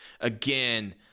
again